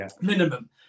minimum